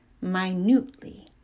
minutely